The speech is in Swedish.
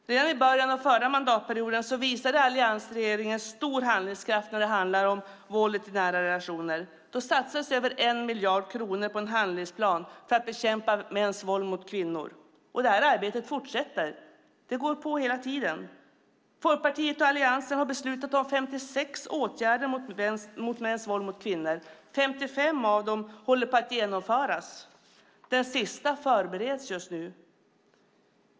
Redan i början av förra mandatperioden visade alliansregeringen stor handlingskraft när det handlar om våldet i nära relationer. Då satsades över 1 miljard kronor på en handlingsplan för att bekämpa mäns våld mot kvinnor. Det arbetet fortsätter. Det håller på hela tiden. Folkpartiet och Alliansen har beslutat om 56 åtgärder mot mäns våld mot kvinnor. 55 av dem håller på att genomföras, och den sista förbereds just nu.